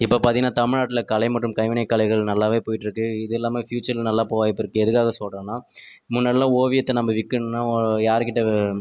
இப்போ பார்த்தீங்கன்னா தமிழ்நாட்டில் கலை மற்றும் கைவினைக் கலைகள் நல்லாவே போயிட்டுருக்கு இதுவும் இல்லாமல் ஃபியூச்சரில் நல்லா போக வாய்ப்பிருக்குது எதுக்காக சொல்கிறேன்னா முன்னாடிலாம் ஓவியத்தை நம்ம விற்கணுன்னா யாருக்கிட்ட